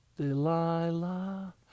Delilah